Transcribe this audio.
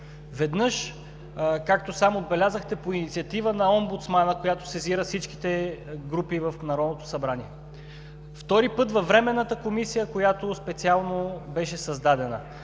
веднъж, както сам отбелязахте, по инициатива на омбудсмана, която сезира всичките групи в Народното събрание, втори път във Временната комисия, която специално беше създадена.